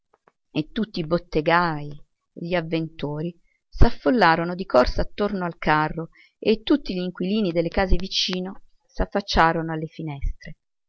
e tutti i bottegai e gli avventori s'affollarono di corsa attorno al carro e tutti gl'inquilini delle case vicine s'affacciarono alle finestre